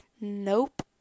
nope